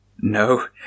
No